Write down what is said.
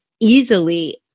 easily